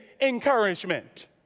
encouragement